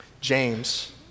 James